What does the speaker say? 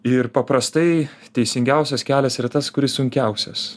ir paprastai teisingiausias kelias yra tas kuris sunkiausias